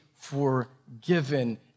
forgiven